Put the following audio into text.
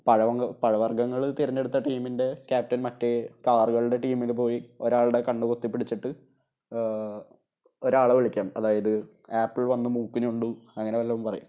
പഴവർഗങ്ങൾ തെരഞ്ഞെടുത്ത ടീമിൻ്റെ ക്യാപ്റ്റൻ മറ്റ് കാറുകളുടെ ടീമില് പോയി ഒരാളുടെ കണ്ണ് പൊത്തിപ്പിടിച്ചിട്ട് ഒരാളെ വിളിക്കും അതായത് ആപ്പിൾ വന്ന് മൂക്ക് ഞൊണ്ടു അങ്ങനെ വല്ലതും പറയും